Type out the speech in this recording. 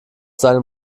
seinem